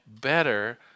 better